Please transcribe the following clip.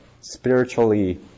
spiritually